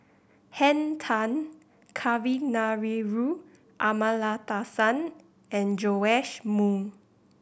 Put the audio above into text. Henn Tan Kavignareru Amallathasan and Joash Moo